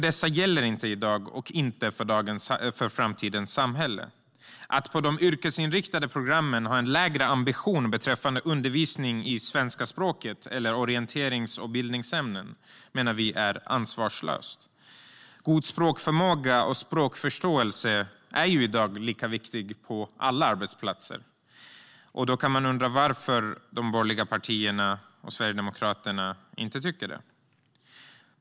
Dessa gäller inte i dag och inte för framtidens samhälle. Att på de yrkesinriktade programmen ha en lägre ambition beträffande undervisning i svenska språket eller i orienterings och bildningsämnen menar vi är ansvarslöst. God språkförmåga och språkförståelse är i dag lika viktigt på alla arbetsplatser. Då kan man undra varför de borgerliga partierna och Sverigedemokraterna inte tycker det.